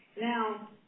Now